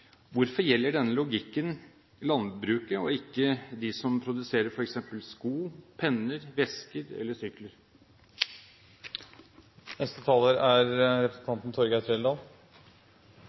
Hvorfor gjelder denne logikken landbruket og ikke dem som produserer f.eks. sko, penner, vesker eller sykler? Jeg ønsker å kommentere det som statsråden sier. Han sier at det er